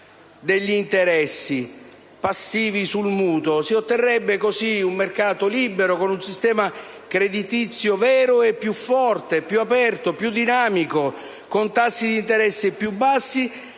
degli interessi passivi sul mutuo. Si otterrebbe così un mercato libero, con un sistema creditizio vero e più forte, più aperto e più dinamico, con tassi di interesse più bassi,